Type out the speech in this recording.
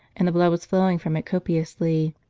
and the blood was flowing from it copiously.